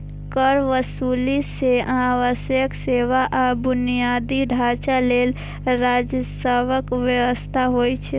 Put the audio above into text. कर वसूली सं आवश्यक सेवा आ बुनियादी ढांचा लेल राजस्वक व्यवस्था होइ छै